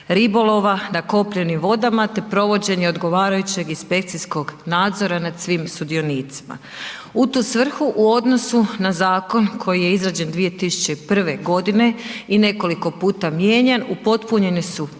ribolova na kopnenim vodama te provođenje odgovarajućeg inspekcijskog nadzora nad svim sudionicima. U tu svrhu u odnosu na zakon koji je izrađen 2001. godine i nekoliko puta mijenjan, upotpunjeni su